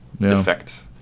Defect